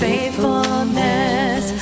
faithfulness